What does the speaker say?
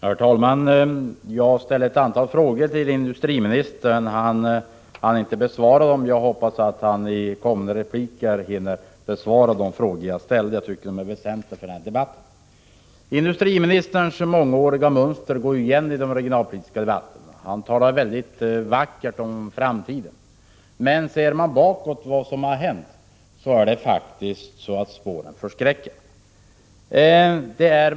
Herr talman! Jag ställde ett antal frågor till industriministern, men denne hann inte besvara mina frågor. Jag hoppas dock att industriministern i kommande replik hinner med det. Jag tycker att mina frågor är väsentliga för den här debatten. Mönstret i industriministerns agerande i de regionalpolitiska debatterna känns igen från många år tillbaka. Han talar mycket vackert om framtiden. Men om man beaktar det som har hänt tidigare, finner man att spåren faktiskt förskräcker.